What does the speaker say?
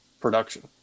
production